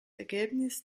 ergebnis